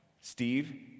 steve